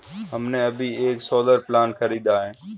हमने अभी एक सोलर प्लांट खरीदा है